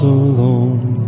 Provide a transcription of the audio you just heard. alone